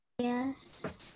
yes